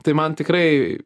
tai man tikrai